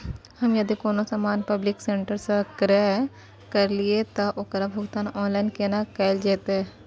हम यदि कोनो सामान पब्लिक सेक्टर सं क्रय करलिए त ओकर भुगतान ऑनलाइन केना कैल जेतै?